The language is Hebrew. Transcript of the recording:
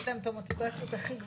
לתת להם את המוטיבציות הכי גבוהות,